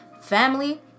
family